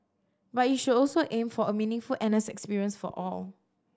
but it should also aim for a meaningful N S experience for all